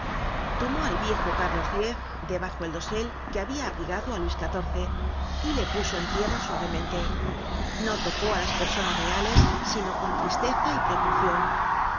tomó al viejo rey carlos x de bajo el dosel que habia abrigado á luis xiv y le puso en tierra suavemente no tocó á las personas reales sino con tristeza y precaucion